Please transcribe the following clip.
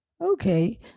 okay